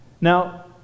Now